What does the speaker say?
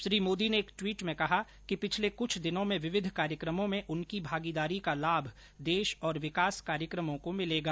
श्री मोदी ने एक ट्वीट में कहा कि पिछले कुछ दिनों में विविध कार्यक्रमों में उनकी भागीदारी का लाभ देश और विकास कार्यक्रमों को मिलेगा